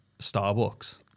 Starbucks